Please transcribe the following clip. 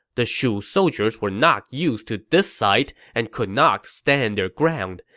the shu soldiers were not used to this sight and could not stand their ground.